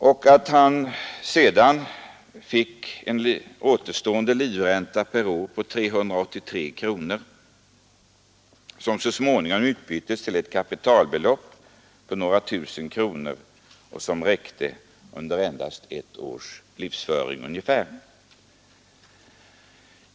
Återstoden anslogs till en årlig livränta på 383 kronor. Denna livränta utbyttes så småningom mot ett kapitalbelopp på några tusen kronor som räckte till ungefär ett års livsföring.